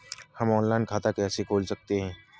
हम ऑनलाइन खाता कैसे खोल सकते हैं?